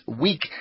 week